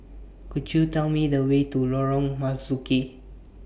Could YOU Tell Me The Way to Lorong Marzuki